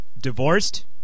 Divorced